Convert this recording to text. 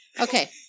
Okay